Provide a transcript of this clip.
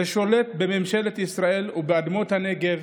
ושולט בממשלת ישראל ובאדמות הנגב